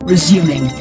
Resuming